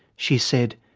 she said,